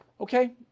Okay